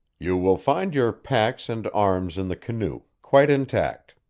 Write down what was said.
you will find your packs and arms in the canoe, quite intact.